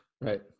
right